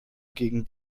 gegen